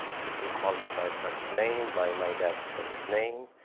people call me by first name, by my dad's first name,